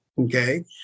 okay